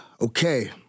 Okay